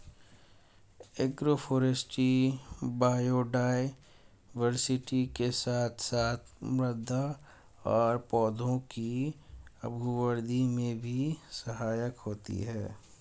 agroforestry biodiversity के साथ साथ मृदा और पौधों के अभिवृद्धि में भी सहायक होती है